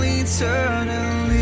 eternally